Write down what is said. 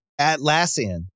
Atlassian